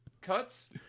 Cuts